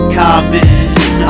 common